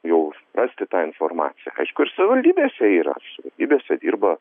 jau suprasti tą informaciją aišku ir savivaldybėse yra savivaldybėse dirba